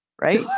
right